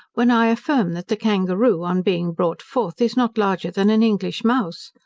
when i affirm that the kangaroo on being brought forth is not larger than an english mouse.